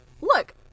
look